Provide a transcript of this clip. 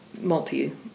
multi